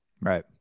Right